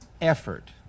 effort